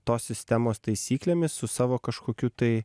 tos sistemos taisyklėmis su savo kažkokiu tai